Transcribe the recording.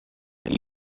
that